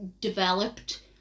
developed